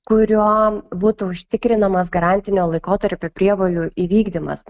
kuriuo būtų užtikrinamas garantinio laikotarpio prievolių įvykdymas